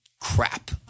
crap